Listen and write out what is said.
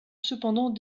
cependant